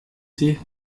sie